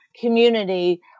community